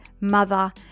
mother